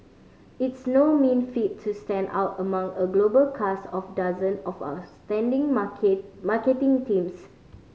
it's no mean feat to stand out among a global cast of dozen of outstanding market marketing teams